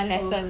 oh